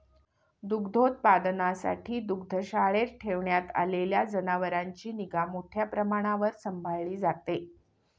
दुग्धोत्पादनासाठी दुग्धशाळेत ठेवण्यात आलेल्या जनावरांची निगा मोठ्या प्रमाणावर सांभाळली जाते